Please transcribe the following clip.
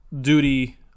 duty